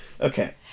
Okay